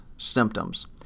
symptoms